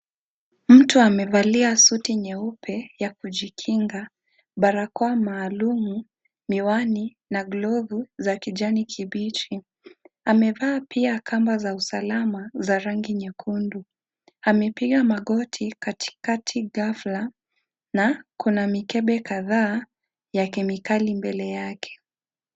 Mtu amevalia suti nyeupe ya kujikinga. Barakoa maalum, miwani na glovu za kijani kibichi. Amevaa pia kamba za usalama za rangi nyekundu. Amepiga magoti katikati ghafla na kuna mikebe kadhaa ya kemikali mbele yake.